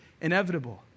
inevitable